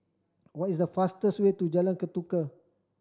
what is the fastest way to Jalan Ketuka